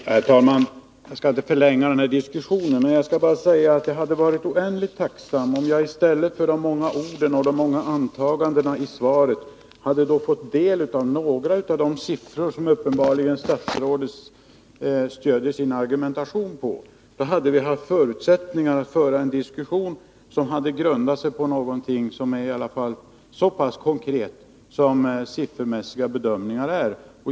Herr talman! Jag skall inte förlänga diskussionen; jag vill bara säga att jag hade varit oändligt tacksam om jag i stället för de många orden och de många antagandena i svaret hade fått del av några av de siffror som statsrådet uppenbarligen stöder sin argumentation på. Då hade vi haft förutsättningar att föra en diskussion som hade grundat sig på någonting så konkret som siffermässiga bedömningar är.